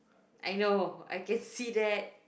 I know I can see that